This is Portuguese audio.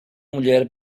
mulher